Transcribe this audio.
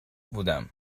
بودم